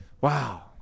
Wow